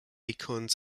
acorns